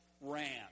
ran